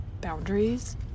boundaries